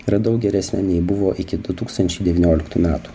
yra daug geresnė nei buvo iki du tūkstančiai devynioliktų metų